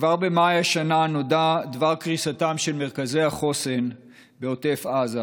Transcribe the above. כבר במאי השנה נודע דבר קריסתם של מרכזי החוסן בעוטף עזה,